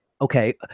okay